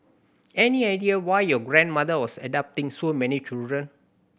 any idea why your grandmother was adopting so many children